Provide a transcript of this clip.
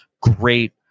great